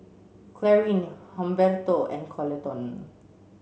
Clarine Humberto and Coleton